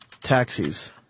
taxis